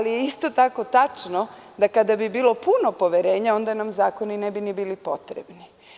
Isto tako je tačno da kada bi bilo puno poverenje onda nam zakoni ne bi bili potrebni.